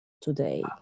today